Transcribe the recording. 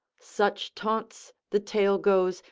such taunts, the tale goes,